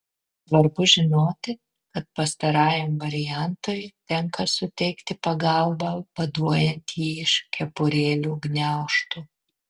svarbu žinoti kad pastarajam variantui tenka suteikti pagalbą vaduojant jį iš kepurėlių gniaužtų